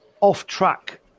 off-track